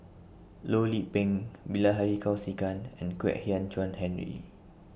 Loh Lik Peng Bilahari Kausikan and Kwek Hian Chuan Henry